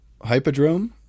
Hypodrome